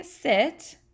sit